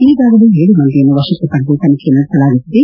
ಈಗಾಗಲೇ ಏಳು ಮಂದಿಯನ್ನು ವಶಕ್ಕೆ ಪಡೆದು ತನಿಖೆ ನಡೆಸಲಾಗುತ್ತಿದೆ